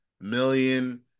million